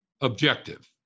objective